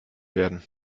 werden